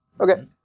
Okay